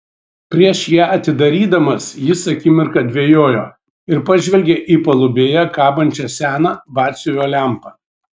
prieš ją atidarydamas jis akimirką dvejojo ir pažvelgė į palubėje kabančią seną batsiuvio lempą